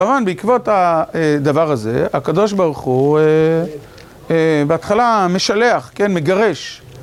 ברון, בעקבות הדבר הזה, הקדוש ברוך הוא בהתחלה משלח, כן, מגרש.